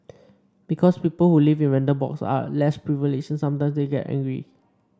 because people who live in rental blocks are less privileged sometimes they get angry